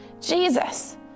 Jesus